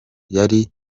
yari